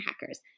hackers